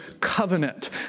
covenant